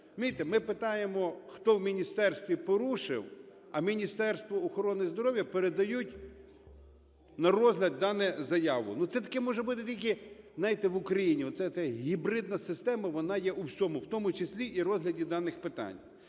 ми питаємо, хто в міністерстві порушив, а Міністерству охорони здоров'я передають на розгляд дану заяву. Ну, це таке може бути тільки, знаєте, в Україні. Ця гібридна система, вона є у всьому, в тому числі і розгляді даних питань.